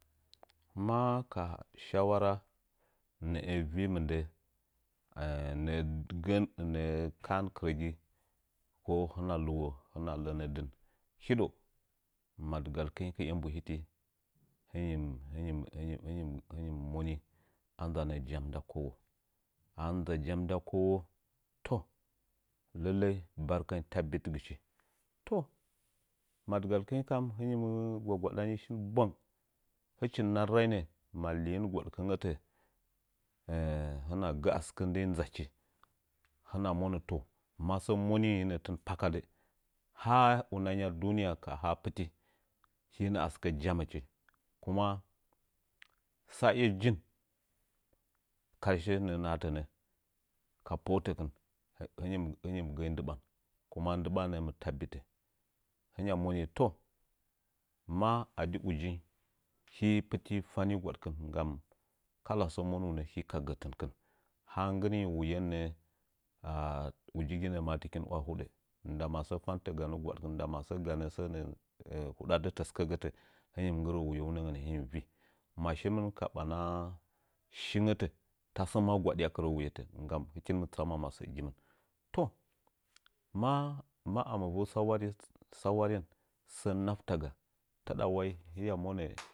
Ma ka shawara nə'ə vi mɨndə nə'ə gə'ə nə'ə gə'ən nə'ə ka'am kɨrəgi ko hɨna lɨwo hɨna lənə dɨn hidəu madɨgal kɨng kiye mbuhiti higi hingmi moni a dzanə jam nda kowo ahɨn mɨ ndza jam nda kowo toh lalləi barkai ta billɨchi toh madgal kəing kam hingim gwa-gwadani shin bwang hɨchi nar rainə ma liyin gwadkɨngətə hɨna gə'ə asɨkə ndəi ndachi hɨna mənə toh masə moni nə'ə tɨn pakadɨ ha una ngya duniya kaha piti hinə a sɨkə jaməchi kuma saye jin karshe nə'ə nahatənə ka palətəkɨn hɨngim gə'əinelɨɓan kuma relɨɓa nə'ə mɨ tabbitə hingya moni toh ma adi ujing hi pitti fani gwadkɨn nggam kalla sə monunə he ka gətikɨn nggɨringi wuyen nə'ə uji ginə ma takin wa hodə masə fantə ganə gwa dkɨn nda masə ganə sə nə'ə huda dətəga sɨkəgətə hɨngim nggɨrə wuyenəgən giggim vii magmɨn ka ɓana shingətə ta sə maa gwadi akirə wayetə nggam hɨkin mɨ tsama masəgin toh ma ma amɨ vu sawaren sawaren sə naitaga tada wai hiya monə